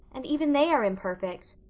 and even they are imperfect.